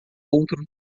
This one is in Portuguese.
outro